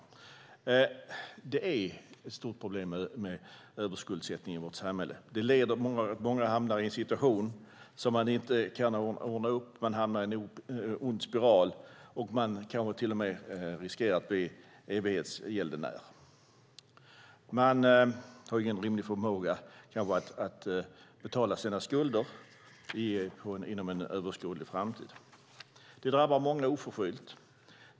Överskuldsättning är ett stort problem i vårt samhälle. Många hamnar i en situation som de inte kan ordna upp. Man hamnar i en ond cirkel och riskerar kanske till och med att bli evighetsgäldenär. Man har ingen rimlig förmåga att betala sina skulder inom överskådlig framtid. Det drabbar många oförskylt.